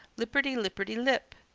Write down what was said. lipperty-lipperty-lip.